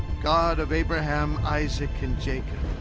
god of abraham, isaac, and jacob.